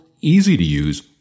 easy-to-use